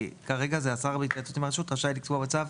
כי כרגע זה "השר בהתייעצות עם הרשות רשאי לקבוע בצו,